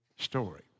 story